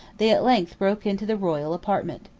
they at length broke into the royal apartment.